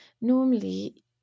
normally